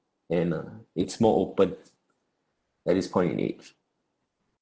and uh it's more open at this point in age